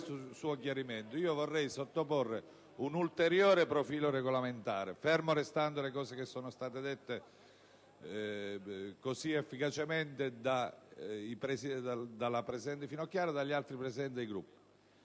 vorrei sottoporle un ulteriore profilo regolamentare, fermo restando quanto è stato detto così efficacemente dalla presidente Finocchiaro e dagli altri Presidenti dei Gruppi: